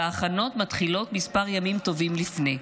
וההכנות מתחילות כמה ימים טובים לפני.